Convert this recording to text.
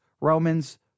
Romans